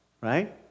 right